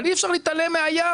אבל אי אפשר להתעלם מהיער.